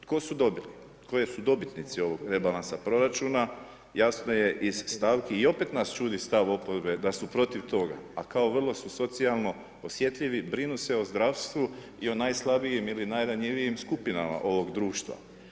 Tko su dobili, koje su dobitnici ovog rebalansa proračuna jasno je iz stavki i opet nas čudi stav oporbe da su protiv toga, a kao vrlo su socijalno osjetljivi brinu se o zdravstvu i o najslabijim ili najranjivijim skupinama ovog društva.